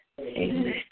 Amen